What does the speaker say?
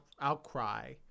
outcry